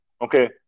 okay